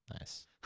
Nice